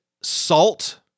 salt